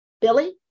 Billy